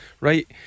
right